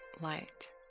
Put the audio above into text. light